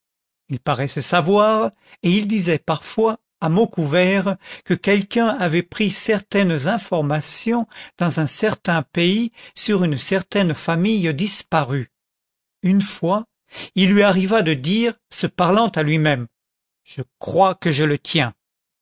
il paraissait savoir et il disait parfois à mots couverts que quelqu'un avait pris certaines informations dans un certain pays sur une certaine famille disparue une fois il lui arriva de dire se parlant à lui-même je crois que je le tiens